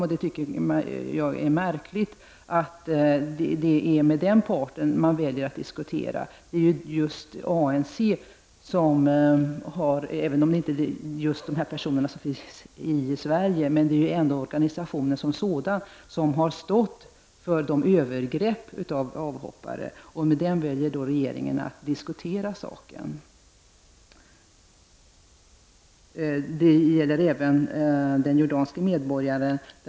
Jag tycker det är märkligt att man väljer att diskutera frågan med den parten. Det är ANC — även om det inte är just de personer som finns i Sverige, utan organisationen som sådan — som har stått för de övergrepp mot avhoppare som har skett. Med den organisationen väljer regeringen att diskutera saken. Detsamma gäller fallet med den jordanske medborgaren.